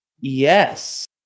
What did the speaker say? Yes